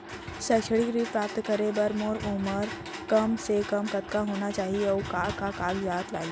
शैक्षिक ऋण प्राप्त करे बर मोर उमर कम से कम कतका होना चाहि, अऊ का का कागज लागही?